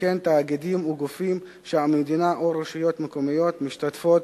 וכן תאגידים וגופים שהמדינה או רשויות מקומיות משתתפות